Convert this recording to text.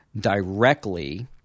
directly